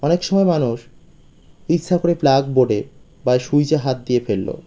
অনেক সময় মানুষ ইচ্ছা করে প্লাগ বোর্ডে বা সুইচে হাত দিয়ে ফেললো